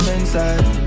inside